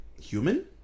human